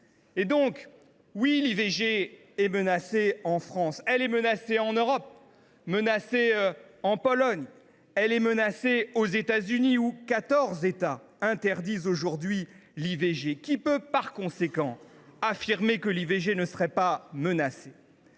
Veil… Oui, l’IVG est menacée en France. Elle est menacée en Europe, notamment en Pologne. Elle est menacée aux États Unis, où quatorze États l’interdisent aujourd’hui. Qui peut, par conséquent, affirmer que l’IVG ne serait pas menacée ?